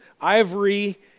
ivory